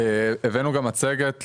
הבאנו גם מצגת,